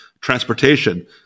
transportation